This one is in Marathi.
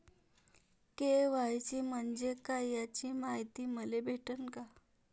के.वाय.सी म्हंजे काय याची मायती मले भेटन का?